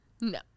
No